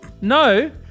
No